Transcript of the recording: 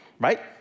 right